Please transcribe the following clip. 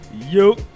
Yo